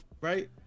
right